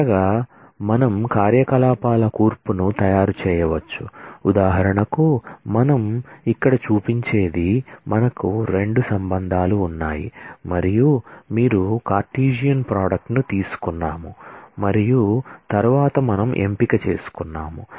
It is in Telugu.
చివరగా మనం కార్యకలాపాల కూర్పును తయారు చేయవచ్చు ఉదాహరణకు మనం ఇక్కడ చూపించేది మనకు రెండు రిలేషన్స్ ఉన్నాయి మరియు మీరు కార్టెసియన్ ప్రోడక్ట్ ని తీసుకున్నాము మరియు తరువాత మనం ఎంపిక చేసుకున్నాము